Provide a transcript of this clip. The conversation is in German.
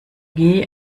geh